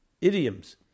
idioms